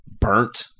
burnt